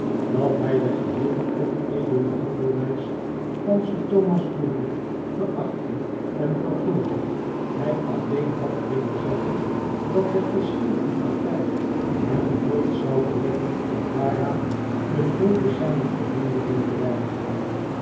dat hij de geheele onedele handelwijs van sir thomas doodle verachtte en verfoeide hij alleen had willen zeggen dat het verschil van partij hem nooit zou beletten om daaraan de hulde zijner bewondering te weigeren